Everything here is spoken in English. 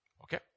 Okay